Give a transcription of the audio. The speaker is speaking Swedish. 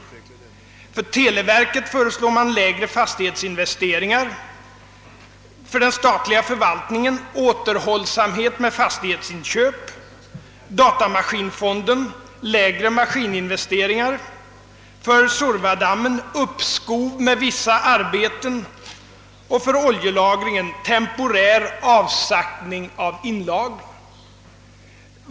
Beträffande televerket föreslås lägre fastighetsinvesteringar, för den statliga förvaltningen återhållsamhet med fastighetsinköp, för datamaskinfonden lägre maskininvesteringar, för Suorva-dammen uppskov med vissa arbeten och för oljelagringen temporär avsaktning av inlagringen.